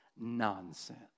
nonsense